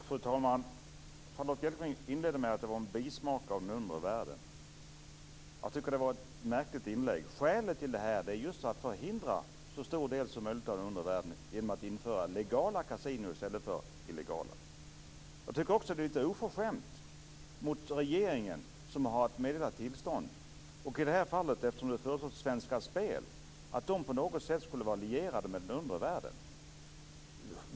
Fru talman! Charlotta Bjälkebring inledde med att tala om att det fanns en bismak från den undre världen. Jag tycker att det var ett märkligt inlägg. Skälet till att införa legala kasinon är att förhindra den undre världen att driva illegala kasinon. Jag tycker också att det är lite oförskämt mot regeringen, som har att meddela tillstånd, och mot Svenska Spel att insinuera att man på något sätt skulle vara lierad med den undre världen.